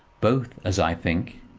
both, as i think.